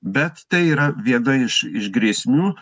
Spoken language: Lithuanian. bet tai yra viena iš iš grėsmių